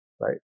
Right